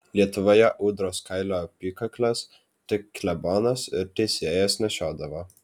lietuvoje ūdros kailio apykakles tik klebonas ir teisėjas nešiodavo